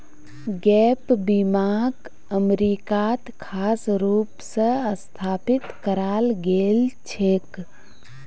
gap बीमाक अमरीकात खास रूप स स्थापित कराल गेल छेक